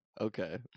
okay